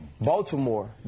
Baltimore